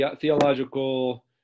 theological